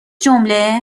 جمله